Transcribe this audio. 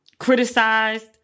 criticized